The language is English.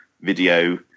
video